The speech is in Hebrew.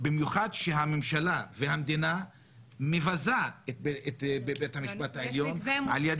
במיוחד שהממשלה והמדינה מבזה את בית המשפט העליון על ידי